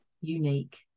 unique